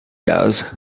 does